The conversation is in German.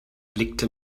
blickte